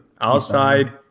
Outside